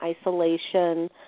isolation